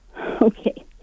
Okay